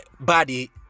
body